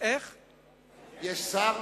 יש שר.